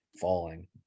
falling